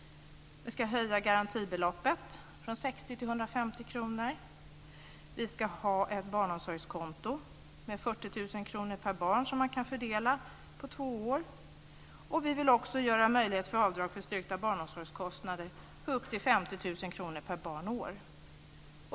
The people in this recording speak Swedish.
Vi vill höja garantibeloppet från 60 till 150 kr. Vi ska ha ett barnomsorgskonto med 40 000 kr per barn som man kan fördela på två år. Vi vill också ge möjlighet för avdrag för styrkta barnomsorgskostnader på upp till 50 000 kr per barn och år.